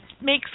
makes